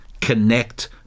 connect